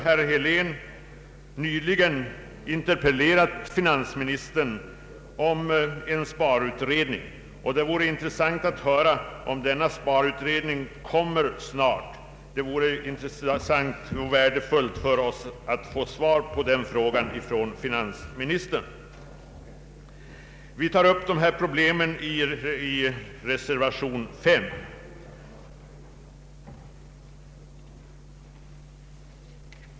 Herr Helén har ju nyligen gjort en interpellation till finansministern om en sparutredning, och det vore intressant att höra om denna utredning kommer snart. Det vore värdefullt att få svar från finansministern på den frågan.